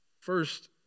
first